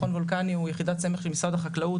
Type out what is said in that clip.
מכון וולקני הוא יחידת סמך של משרד החקלאות.